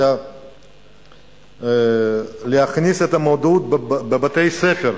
להכניס את המודעות לבתי-הספר,